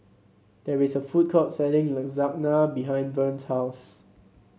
there is a food court selling Lasagna behind Vern's house